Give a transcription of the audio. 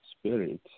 spirit